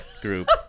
group